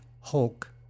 Hulk